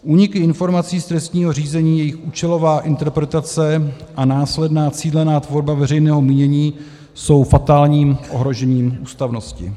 Úniky informací z trestního řízení, jejich účelová interpretace a následná cílená tvorba veřejného mínění jsou fatálním ohrožením ústavnosti.